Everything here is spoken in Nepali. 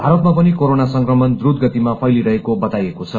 भारतमा पनि कोरोना संक्रमण द्रूत गतिमा फैलिरहेको बताइएको छ